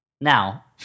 Now